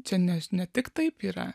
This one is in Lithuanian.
čia nes ne tik taip yra